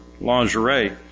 lingerie